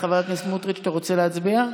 חבר כנסת סמוטריץ', אתה רוצה להצביע?